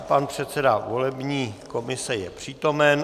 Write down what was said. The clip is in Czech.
Pan předseda volební komise je přítomen.